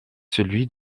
celui